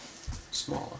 smaller